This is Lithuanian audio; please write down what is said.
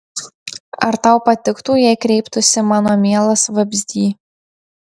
ar tau patiktų jei kreiptųsi mano mielas vabzdy